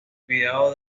cuidado